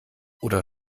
oder